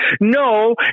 No